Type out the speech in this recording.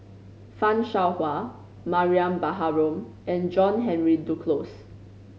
Fan Shao Hua Mariam Baharom and John Henry Duclos